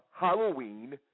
Halloween